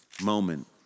moment